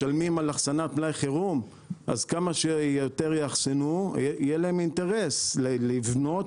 משלמים על אחסנת מלאי חירום אז כמה שיותר יאחסנו יהיה להם אינטרס לבנות,